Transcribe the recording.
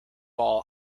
all